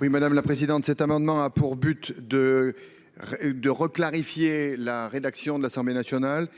à M. le rapporteur. Cet amendement a pour objet de clarifier la rédaction retenue par l’Assemblée nationale,